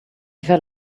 fell